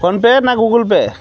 phone pay ନାଁ Google pay